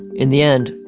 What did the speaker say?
in the end,